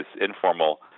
informal